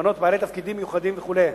למנות בעלי תפקידים מיוחדים וכו',